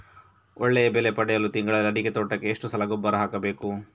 ಒಳ್ಳೆಯ ಬೆಲೆ ಪಡೆಯಲು ತಿಂಗಳಲ್ಲಿ ಅಡಿಕೆ ತೋಟಕ್ಕೆ ಎಷ್ಟು ಸಲ ಗೊಬ್ಬರ ಹಾಕಬೇಕು?